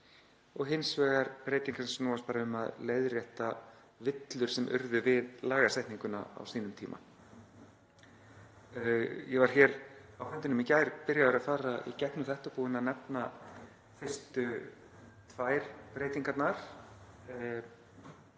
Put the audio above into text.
og hins vegar breytingar sem snúast bara um að leiðrétta villur sem voru gerðar við lagasetninguna á sínum tíma. Ég var á fundinum í gær byrjaður að fara í gegnum þetta og búinn að nefna fyrstu tvær breytingarnar.